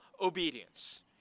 obedience